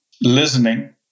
listening